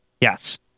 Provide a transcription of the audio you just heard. Yes